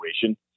situation